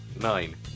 Nine